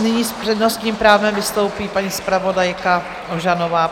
Nyní s přednostním právem vystoupí paní zpravodajka Ožanová.